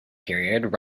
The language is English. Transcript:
period